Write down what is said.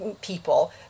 people